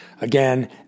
again